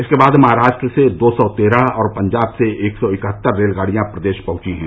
इसके बाद महाराष्ट्र से दो सौ तेरह और पंजाब से एक सौ इकहत्तर रेलगाड़ियां प्रदेश पहुंची हैं